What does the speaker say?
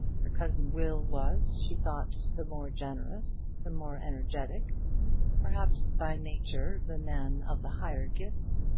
her cousin will was, she thought, the more generous, the more energetic perhaps, by nature, the man of the higher gifts.